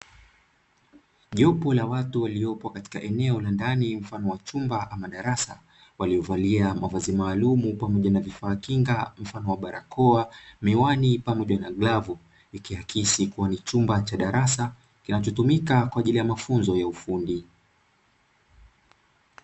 Jopo la watu waliopo katika eneo la ndani mfano wa chumba ama darasa waliovalia mavazi maalumu pamoja na vifaa kinga mfano wa barakoa, miwani pamoja na glavu, ikiakisi kuwa ni chumba cha darasa kinachotumika kwa ajili ya mafunzo ya ufundi.